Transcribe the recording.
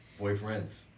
Boyfriends